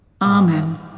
Amen